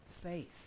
faith